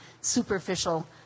superficial